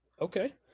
Okay